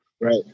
Right